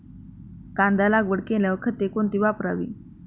कांदा लागवड केल्यावर खते कोणती वापरावी?